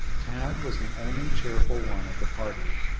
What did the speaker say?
tad was the only cheerful one of the party.